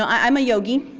um i'm a yogi.